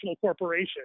corporation